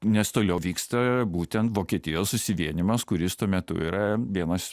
nes toliau vyksta būtent vokietijos susivienijimas kuris tuo metu yra vienas